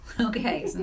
Okay